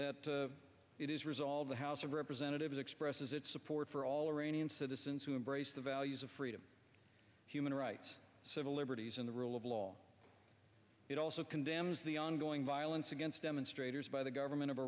that it is resolved the house of representatives expresses its support for all arraigning citizens who embrace the values of freedom human rights civil liberties and the rule of law it also condemns the ongoing violence against demonstrators by the government of